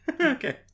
Okay